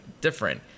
different